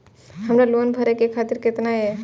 हमर लोन भरे के तारीख केतना ये?